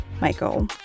Michael